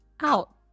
out